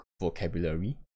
vocabulary